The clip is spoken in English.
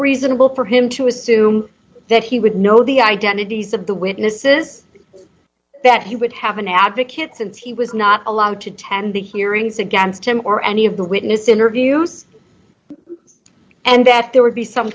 reasonable for him to assume that he would know the identities of the witnesses that he would have an advocate since he was not allowed to attend the hearings against him or any of the witness interviews and that there would be some